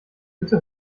bitte